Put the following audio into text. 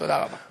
תודה רבה.